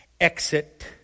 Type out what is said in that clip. exit